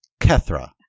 Kethra